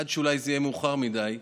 עד שאולי זה יהיה מאוחר מדי.